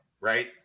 right